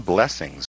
Blessings